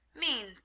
Mean